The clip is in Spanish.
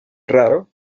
raro